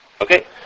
Okay